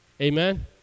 Amen